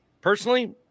personally